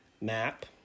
map